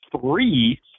three